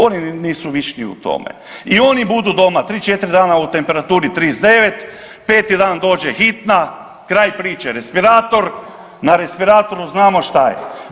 Oni nisu vični u tome i oni budu doma 3-4 dana u temperaturi 39, 5. dan dođe hitna, kraj priče, respirator, na respiratoru znamo šta je.